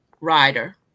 rider